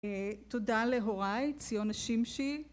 תודה להוריי ציון השמשי